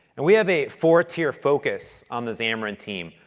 and we have a four-tier focus on the xamarin team.